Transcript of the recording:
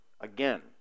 again